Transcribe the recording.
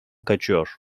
kaçıyor